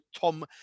tom